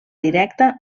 directa